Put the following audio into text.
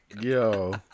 yo